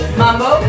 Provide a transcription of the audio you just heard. mambo